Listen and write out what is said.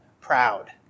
proud